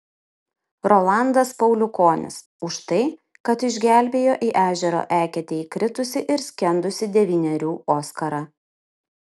rolandas pauliukonis už tai kad išgelbėjo į ežero eketę įkritusį ir skendusį devynerių oskarą